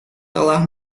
telah